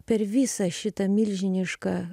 per visą šitą milžinišką